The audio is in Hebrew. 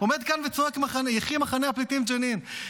עומד כאן וצועק: יחי מחנה הפליטים ג'נין.